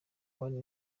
one